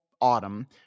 Autumn